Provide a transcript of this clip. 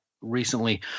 recently